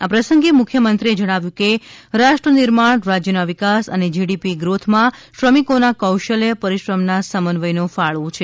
આ પ્રસંગે મુખ્યમંત્રી જણાવ્યું કે રાષ્ટ્રનિર્માણ રાજ્યનાં વિકાસ અને જીડીપી ગ્રોથમાં શ્રમિકોનાં કોશલ્ય પરિશ્રમનાં સમન્વયનો ફાળો છે